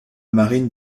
marine